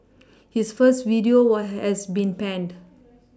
his first video has been panned